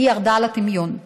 ירדה לטמיון.